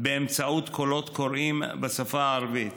באמצעות קולות קוראים בשפה הערבית.